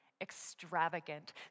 extravagant